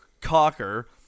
Cocker